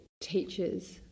teachers